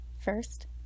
First